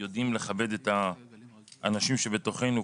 יודעים לכבד את האנשים שבתוכנו,